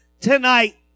tonight